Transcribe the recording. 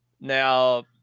Now